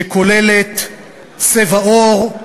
שכוללת צבע עור,